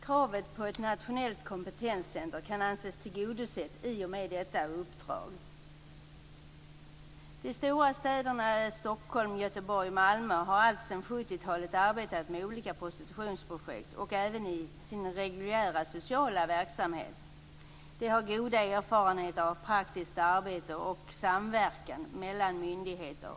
Kravet på ett nationellt kompetenscenter kan anses tillgodosett i och med detta uppdrag. De stora städerna Stockholm, Göteborg och Malmö har alltsedan 70-talet arbetat med olika prostitutionsprojekt, även i sin reguljära sociala verksamhet. Man har goda erfarenheter av praktiskt arbete och samverkan mellan myndigheter.